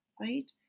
right